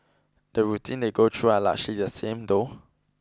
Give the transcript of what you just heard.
the routines they go through are largely the same though